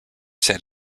set